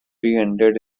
ended